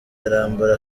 arambara